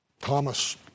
Thomas